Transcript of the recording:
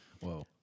Whoa